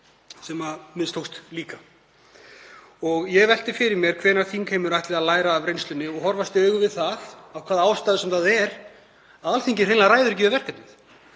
sem mistókst líka. Ég velti fyrir mér hvenær þingheimur ætli að læra af reynslunni og horfast í augu við það, af hvaða ástæðum sem það er, að Alþingi hreinlega ræður ekki við verkefnið.